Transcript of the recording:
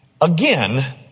again